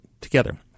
together